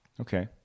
Okay